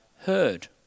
heard